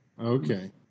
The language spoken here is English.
Okay